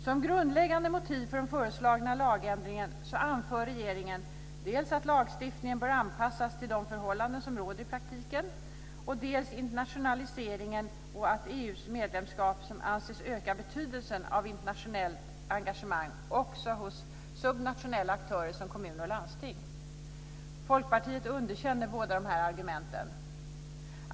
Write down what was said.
Som grundläggande motiv för de föreslagna lagändringarna anför regeringen dels att lagstiftningen bör anpassas till de förhållanden som råder i praktiken, dels internationaliseringen och EU medlemskapet, som anses öka betydelsen av internationellt engagemang också hos subnationella aktörer som kommuner och landsting. Folkpartiet underkänner båda dessa argument.